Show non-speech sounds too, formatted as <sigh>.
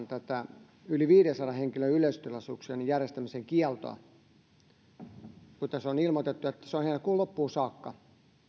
<unintelligible> tätä yli viidensadan henkilön yleisötilaisuuksien järjestämisen kieltoa tulkitaan kun tästä on ilmoitettu että se on heinäkuun loppuun saakka